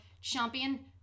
champion